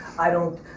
i don't,